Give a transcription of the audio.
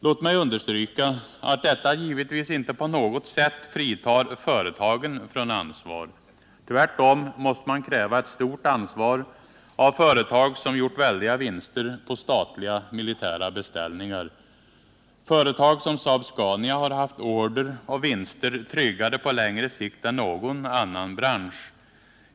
Låt mig understryka att detta givetvis inte på något sätt fritar företagen från ansvar. Tvärtom måste man kräva ett stort ansvar av företag som gjort väldiga vinster på statliga militära beställningar. Företag som Saab-Scania har haft order och vinster tryggade på längre sikt än vad som förekommit i någon annan bransch.